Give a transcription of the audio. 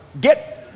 get